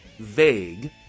vague